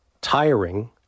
tiring